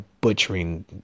butchering